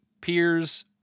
peers